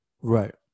Right